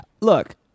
Look